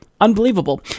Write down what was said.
Unbelievable